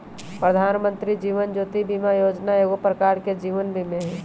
प्रधानमंत्री जीवन ज्योति बीमा जोजना एगो प्रकार के जीवन बीमें हइ